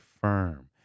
firm